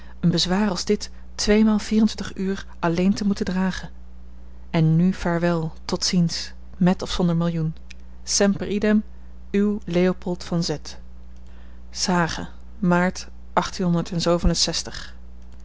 een bezwaar als dit tweemaal vierentwintig uur alleen te moeten dragen en nu vaarwel tot ziens met of zonder millioen semper idem uw leopold v z s hage maart